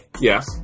Yes